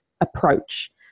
approach